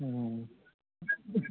ꯎꯝ